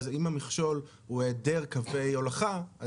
אז אם המכשול הוא היעדר קווי הולכה,